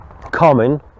common